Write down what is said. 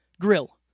grill